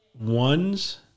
ones